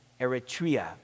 Eritrea